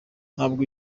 ntabwo